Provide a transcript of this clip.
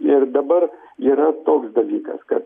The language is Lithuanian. ir dabar yra toks dalykas kad